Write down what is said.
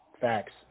Facts